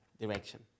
direction